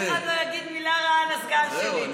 אף אחד לא יגיד מילה רעה על הסגן שלי.